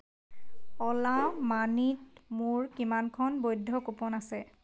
অ'লা মানিত মোৰ কিমানখন বৈধ কুপন আছে